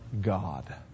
God